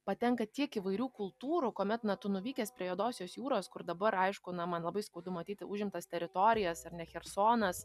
patenka tiek įvairių kultūrų kuomet na tu nuvykęs prie juodosios jūros kur dabar aišku na man labai skaudu matyti užimtas teritorijas ar ne chersonas